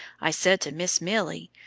i said to miss milly,